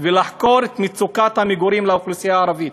ולחקור את מצוקת המגורים של האוכלוסייה הערבית.